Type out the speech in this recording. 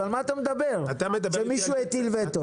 אז על מה אתה מדבר שמישהו הטיל וטו?